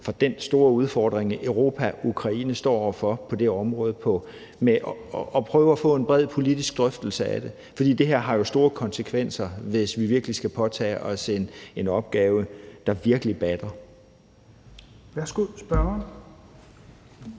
for den store udfordring, som Europa og Ukraine står over for på det område, og prøve at få en bred politisk drøftelse af det, for det her har jo store konsekvenser, hvis vi virkelig skal påtage os en opgave, der virkelig batter.